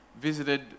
visited